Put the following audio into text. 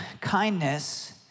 kindness